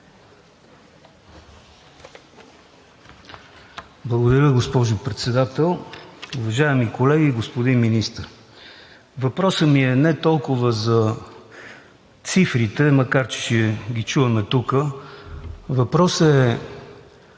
Благодаря, госпожо Председател. Уважаеми колеги, господин Министър! Въпросът ми е не толкова за цифрите, макар че ще ги чуваме тук, въпросът е: